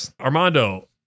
Armando